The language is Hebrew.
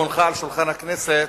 הונחה על שולחן הכנסת,